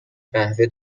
قهوه